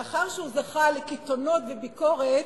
לאחר שהוא זכה לקיתונות של ביקורת,